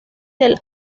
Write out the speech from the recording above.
del